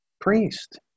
priest